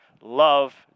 love